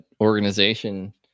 organization